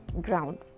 ground